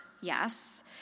yes